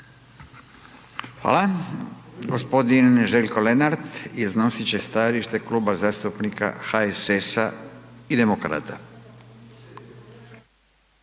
Hvala, hvala